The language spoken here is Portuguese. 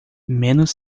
menos